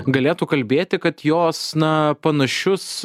galėtų kalbėti kad jos na panašius